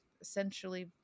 essentially